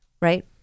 Right